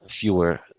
fewer